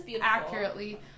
accurately